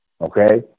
okay